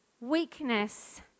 weakness